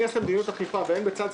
אני ישראל ביתנו ומדבר בשם ישראל ביתנו.